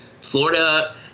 Florida